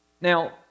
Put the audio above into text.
Now